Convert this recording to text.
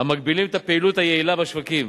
המגבילים את הפעילות היעילה בשווקים,